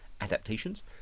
adaptations